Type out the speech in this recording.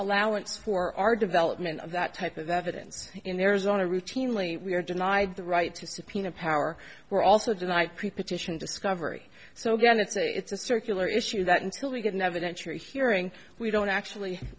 allowance for our development of that type of evidence in arizona routinely we are denied the right to subpoena power we're also denied pre partition discovery so again it's a it's a circular issue that until we get an evidence you're hearing we don't actually